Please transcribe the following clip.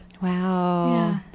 wow